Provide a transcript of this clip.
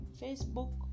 Facebook